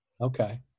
Okay